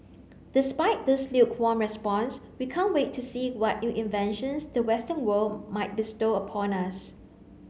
despite this lukewarm response we can't wait to see what new inventions the western world might bestow upon us